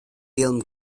film